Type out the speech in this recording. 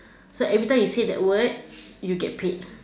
so every time you say that word you get paid